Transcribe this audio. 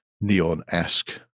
neon-esque